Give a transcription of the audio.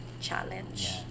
challenge